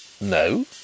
No